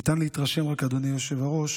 ניתן להתרשם רק, אדוני היושב-ראש,